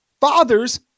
Fathers